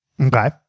Okay